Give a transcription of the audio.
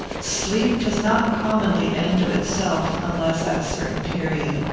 sleep does not commonly end of itself, unless at a certain period.